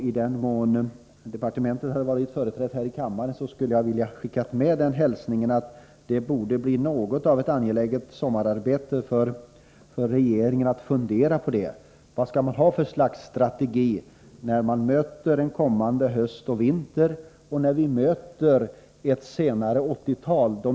I den mån departementet hade varit företrätt här i kammaren skulle jag ha velat skicka med en hälsning att det bör vara ett angeläget sommararbete för regeringen att fundera på detta. Vilken strategi skall man ha inför kommande höst och vinter och inför den senare delen av 1980-talen?